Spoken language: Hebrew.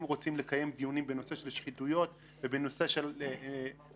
אם רוצים לקיים דיונים בנושא של שחיתויות ובנושאים פליליים,